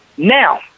Now